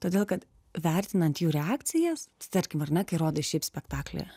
todėl kad vertinant jų reakcijas tarkim ar ne kai rodai šiaip spektaklį